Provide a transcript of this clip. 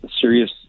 serious